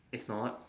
it's not